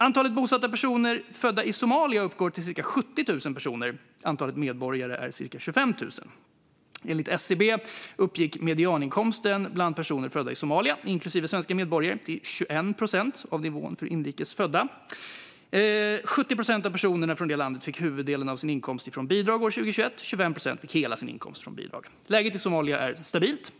Antalet bosatta personer födda i Somalia uppgår till cirka 70 000 personer. Antalet medborgare är cirka 25 000. Enligt SCB uppgick medianinkomsten bland personer födda i Somalia, inklusive svenska medborgare, till 21 procent av nivån för inrikes födda. 70 procent av personerna från det landet fick huvuddelen av sin inkomst från bidrag 2021. 25 procent fick hela sin inkomst från bidrag. Läget i Somalia är stabilt.